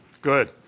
Good